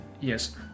yes